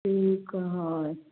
ठीक हए